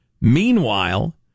Meanwhile